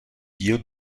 díl